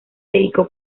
dedicó